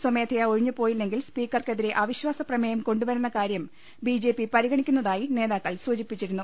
സ്വമേധയാ ഒഴിഞ്ഞുപോയില്ലെങ്കിൽ സ്പീക്കർക്കെതിരെ അവിശ്വാസപ്രമേയം കൊണ്ടുവരുന്നകാര്യം ബിജെപി പരിഗണിക്കുന്നതായി നേതാക്കൾ സൂചിപ്പിച്ചിരുന്നു